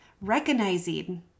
recognizing